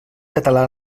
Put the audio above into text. català